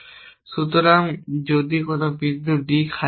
সুতরাং যদি কোন বিন্দু d খালি হয়ে যায়